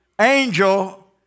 angel